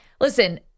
listen